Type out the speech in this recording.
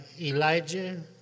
Elijah